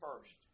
first